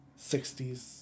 60s